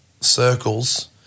circles